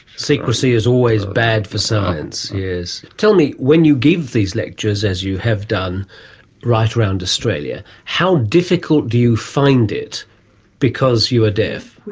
secrecy is always bad for science, yes. tell me, when you give these lectures, as you have done right around australia, how difficult do you find it because you are deaf?